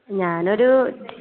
ഞാനൊരു